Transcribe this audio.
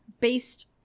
based